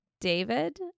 David